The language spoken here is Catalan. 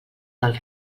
del